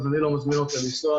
אז אני לא מזמין אותה לנסוע,